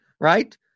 right